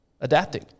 adapting